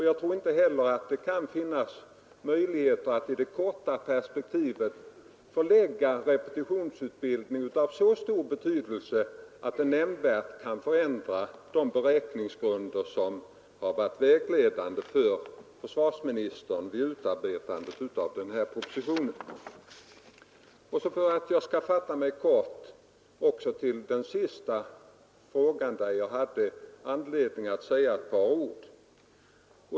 Jag tror inte det är möjligt i det korta perspektivet att dit förlägga repetitionsutbildning av så stor betydelse att det nämnvärt kan förändra de beräkningsgrunder som varit vägledande för försvarsministern vid utarbetandet av propositionen. Och så till den sista frågan där jag hade anledning att säga några ord.